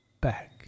back